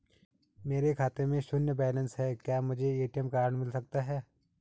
मेरे खाते में शून्य बैलेंस है क्या मुझे ए.टी.एम कार्ड मिल सकता है?